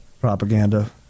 Propaganda